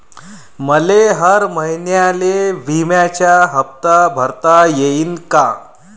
मले हर महिन्याले बिम्याचा हप्ता भरता येईन का?